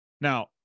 Now